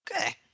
okay